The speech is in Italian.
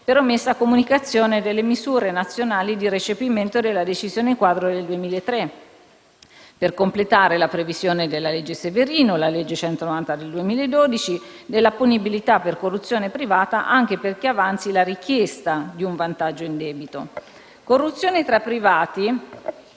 per omessa comunicazione delle misure nazionali di recepimento della decisione quadro del 2003, per completare la previsione della legge Severino (legge n. 190 del 2012) della punibilità per corruzione privata anche per chi avanzi la richiesta di un vantaggio indebito; corruzione tra privati,